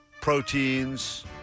proteins